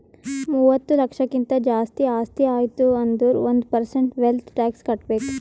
ಮೂವತ್ತ ಲಕ್ಷಕ್ಕಿಂತ್ ಜಾಸ್ತಿ ಆಸ್ತಿ ಆಯ್ತು ಅಂದುರ್ ಒಂದ್ ಪರ್ಸೆಂಟ್ ವೆಲ್ತ್ ಟ್ಯಾಕ್ಸ್ ಕಟ್ಬೇಕ್